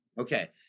Okay